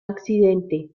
accidente